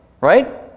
right